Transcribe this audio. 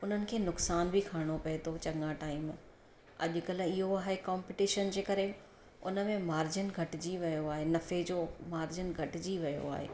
उन्हनि खे नुक़सानु बि खणिणो पए थो चङा टाइम अॼुकल्ह इहो आहे कॉम्पिटिशन जे करे उनमें मार्जिन घटिजी वियो आहे नफ़े जो मार्जिन घटिजी वियो आहे